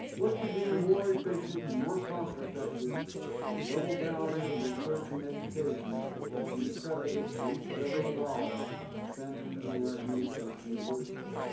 what could be more efficient and more cost-effective than the double value of research and education that can be credited to each federal dollar spent in an american research university.